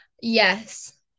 Yes